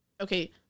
Okay